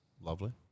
Lovely